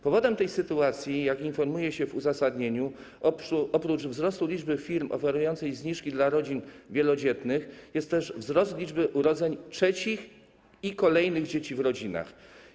Powodem tej sytuacji, jak informuje się w uzasadnieniu, oprócz wzrostu liczby firm oferujących zniżki dla rodzin wielodzietnych, jest też wzrost liczby urodzeń trzecich i kolejnych dzieci w rodzinach.